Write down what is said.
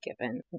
given